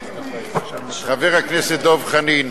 חבר הכנסת דב חנין,